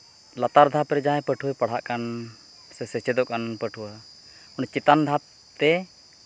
ᱞᱟᱛᱟᱨ ᱫᱷᱟᱯ ᱨᱮ ᱡᱟᱦᱟᱸᱭ ᱯᱟᱹᱴᱷᱩᱣᱟᱹᱭ ᱯᱟᱲᱦᱟᱜ ᱠᱟᱱ ᱥᱮ ᱥᱮᱪᱮᱫᱚᱜ ᱠᱟᱱ ᱯᱟᱹᱴᱷᱩᱣᱟᱹ ᱢᱟᱱᱮ ᱪᱮᱛᱟᱱ ᱫᱷᱟᱯ ᱛᱮ